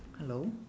hello